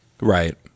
Right